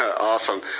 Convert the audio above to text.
Awesome